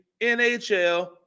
NHL